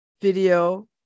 video